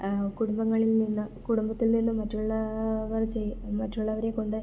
കുടുംബങ്ങളിൽ നിന്ന് കുടുംബത്തിൽ നിന്നും മറ്റുള്ളവർ മറ്റുള്ളവരെക്കൊണ്ട്